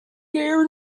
gear